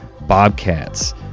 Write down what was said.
bobcats